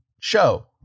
show